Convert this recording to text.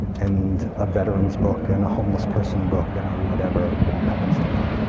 and a veteran's book, and a homeless person book, and whatever happens to come.